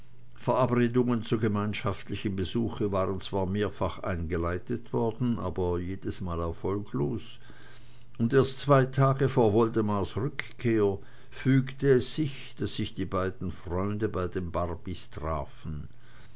verabredungen zu gemeinschaftlichem besuche waren zwar mehrfach eingeleitet worden aber jedesmal erfolglos und erst zwei tage vor woldemars rückkehr fügte es sich daß sich die beiden freunde bei den barbys trafen